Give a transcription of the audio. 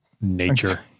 Nature